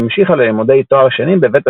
היא המשיכה ללימודי תואר שני בבית